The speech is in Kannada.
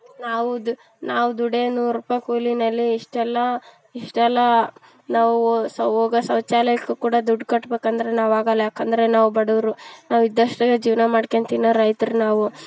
ನಾವು ನಾವು ದುಡಿಯೋ ನೂರು ರುಪಾಯ್ ಕೂಲಿನಲ್ಲಿ ಇಷ್ಟೆಲ್ಲಾ ಇಷ್ಟೆಲ್ಲಾ ನಾವು ಹೋ ಸೌ ನಾವು ಹೋಗೋ ಶೌಚಾಲಯಕ್ಕೂ ಕೂಡ ದುಡ್ಡು ಕಟ್ಬೇಕಂದ್ರೆ ನಾವು ಆಗೋಲ್ಲ ಯಾಕಂದರೆ ನಾವು ಬಡವ್ರು ನಾವು ಇದ್ದಷ್ಟು ಜೀವನ ಮಾಡ್ಕೊಂಡ್ ತಿನ್ನೋ ರೈತ್ರು ನಾವು